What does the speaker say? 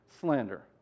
slander